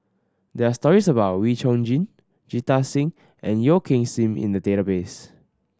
there are stories about Wee Chong Jin Jita Singh and Yeo Kim Seng in the database